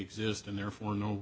exist and therefore no